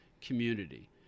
community